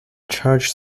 church